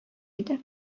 иде